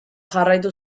jarraitu